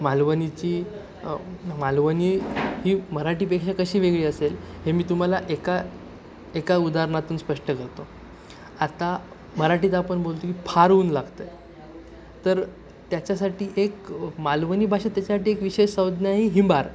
मालवणीची मालवणी ही मराठीपेक्षा कशी वेगळी असेल हे मी तुम्हाला एका एका उदाहरणातून स्पष्ट करतो आता मराठीत आपण बोलतो की फार उन लागतं आहे तर त्याच्यासाठी एक मालवणी भाषेत त्याच्यासाठी एक विशेष संज्ञा आहे हिंबार